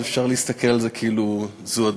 אז אפשר להסתכל על זה כאילו זו הדמות.